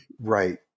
Right